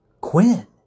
Quinn